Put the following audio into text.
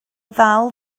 ddal